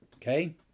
Okay